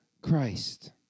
Christ